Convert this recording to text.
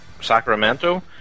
sacramento